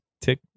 Tick